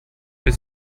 bis